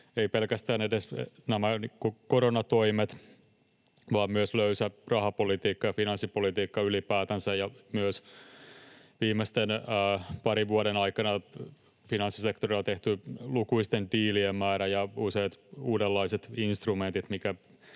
pelkästään nämä koronatoimet vaan myös löysä rahapolitiikka ja finanssipolitiikka ylipäätänsä ja myös viimeisten parin vuoden aikana finanssisektorilla tehty lukuisten diilien määrä ja useat uudenlaiset instrumentit,